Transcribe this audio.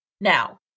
Now